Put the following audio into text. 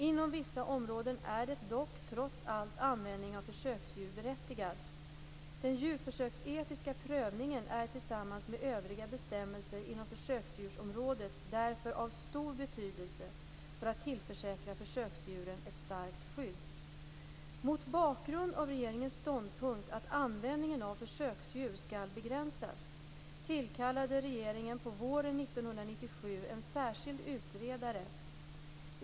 Inom vissa områden är dock trots allt användning av försöksdjur berättigad. Den djurförsöksetiska prövningen är tillsammans med övriga bestämmelser inom försöksdjursområdet därför av stor betydelse för att tillförsäkra försöksdjuren ett starkt skydd. Mot bakgrund av regeringens ståndpunkt att användningen av försöksdjur skall begränsas tillkallade regeringen på våren 1997 en särskild utredare .